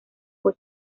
fue